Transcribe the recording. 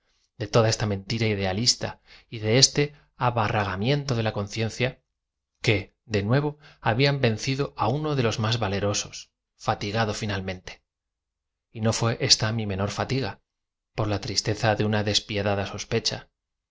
de toda esta mentira idealista y de este abarraganam iento de la conciencia que de nuevo habían vencido á uno de loa más valerosos fatigado finalmente y no fué esta mi menor fatiga por la tristeza de una despiadada